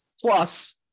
Plus